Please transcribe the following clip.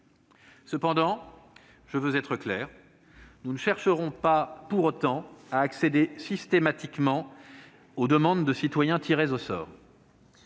Cependant, je veux être clair : nous ne chercherons pas pour autant à accéder systématiquement aux demandes de citoyens tirés au sort.